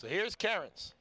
so here's carrots